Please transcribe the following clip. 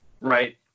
Right